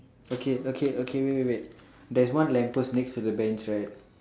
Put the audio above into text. okay okay okay wait wait wait there's one lamp post next to the bench right